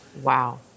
Wow